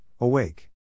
awake